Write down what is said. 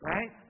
Right